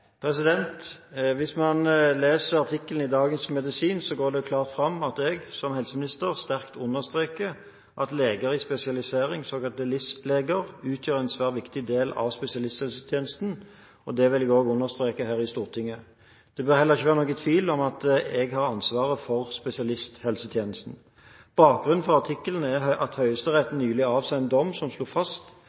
Hvis man leser artikkelen i Dagens Medisin, går det klart fram at jeg som helseminister sterkt understreker at leger i spesialisering – såkalte LIS-leger – utgjør en svært viktig del av spesialisthelsetjenesten. Det vil jeg også understreke her i Stortinget. Det bør heller ikke være noen tvil om at jeg har ansvaret for spesialisthelsetjenesten. Bakgrunnen for artikkelen er at Høyesterett nylig avsa en dom som slo fast